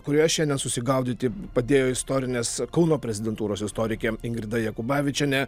kurioje šiandien susigaudyti padėjo istorinės kauno prezidentūros istorikė ingrida jakubavičienė